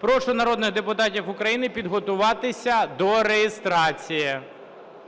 Прошу народних депутатів України підготуватися до реєстрації.